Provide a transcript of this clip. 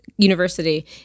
university